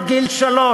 עד גיל שלוש,